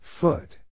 Foot